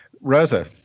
Rosa